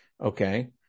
Okay